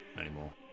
anymore